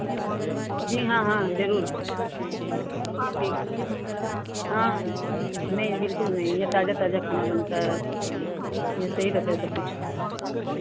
जी हाँ हाँ ज़रूर ठीक ठीक हाँ नहीं बिलकुल नहीं यह ताज़ा ताज़ा खाना बनता है यह सही रहता है सब कुछ